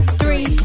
three